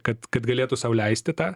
kad kad galėtų sau leisti tą